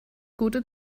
gute